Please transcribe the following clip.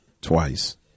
twice